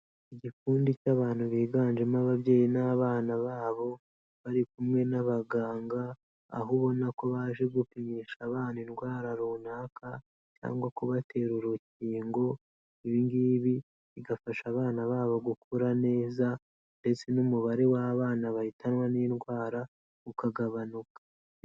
Igikundi cy'abantu biganjemo ababyeyi n'abana babo, bari kumwe n'abaganga, aho ubona ko baje gupimisha abana indwara runaka cyangwa kubatera urukingo, ibi ngibi bigafasha abana babo gukura neza ndetse n'umubare w'abana bahitanwa n'indwara ukagabanuka.